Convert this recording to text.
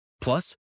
Plus